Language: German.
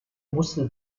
musste